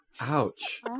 Ouch